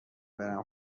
برم